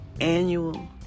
annual